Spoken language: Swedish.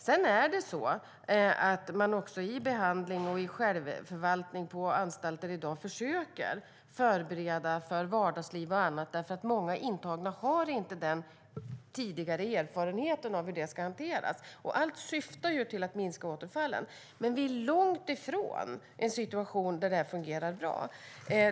Sedan försöker man i behandling och självförvaltning på anstalter i dag att förbereda för vardagsliv och annat, för många intagna har inte tidigare erfarenhet av hur det ska hanteras. Allt syftar till att minska återfallen. Vi är dock långt från en situation där detta fungerar bra.